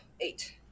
Eight